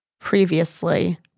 previously